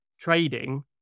trading